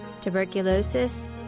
tuberculosis